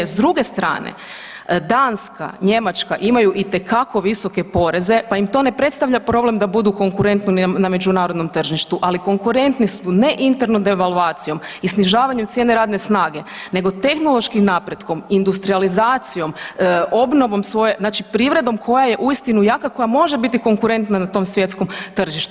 S druge strane Danska, Njemačka imaju itekako visoke poreze pa im to ne predstavlja problem da budu konkurentni na međunarodnom tržištu, ali konkurentni su ne internom devalvacijom i snižavanjem cijene radne snage nego tehnološkim napretkom, industrijalizacijom, obnovom svoje, znači privredom koja je uistinu jaka koja može biti konkurentna na tom svjetskom tržištu.